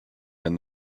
and